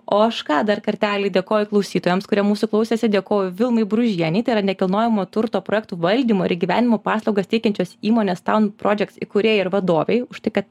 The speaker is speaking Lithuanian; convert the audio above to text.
o aš ką dar kartelį dėkoju klausytojams kurie mūsų klausėsi dėkojo vilmai bružienei tai yra nekilnojamo turto projektų valdymo ir įgyvendinimo paslaugas teikiančios įmonės įkūrėja ir vadovei už tai kad